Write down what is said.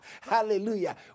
hallelujah